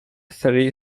three